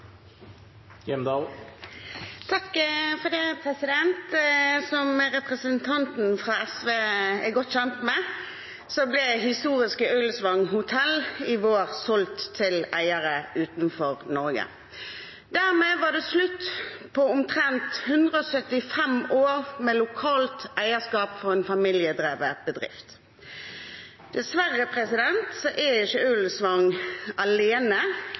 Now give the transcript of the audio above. godt kjent med, ble historiske Hotel Ullensvang i vår solgt til eiere utenfor Norge. Dermed var det slutt på omtrent 175 år med lokalt eierskap for en familiedrevet bedrift. Dessverre er ikke Ullensvang alene